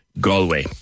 Galway